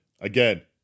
Again